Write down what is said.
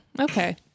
Okay